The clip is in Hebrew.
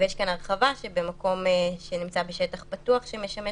יש כאן הרחבה - שאת המקום שנמצא בשטח פתוח שמשמש